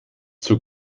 zur